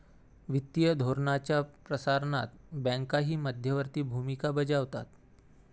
वित्तीय धोरणाच्या प्रसारणात बँकाही मध्यवर्ती भूमिका बजावतात